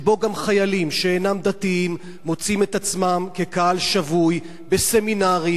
שבה גם חיילים שאינם דתיים מוצאים את עצמם כקהל שבוי בסמינרים,